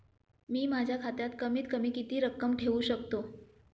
मी माझ्या खात्यात कमीत कमी किती रक्कम ठेऊ शकतो?